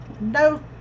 No